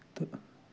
تہٕ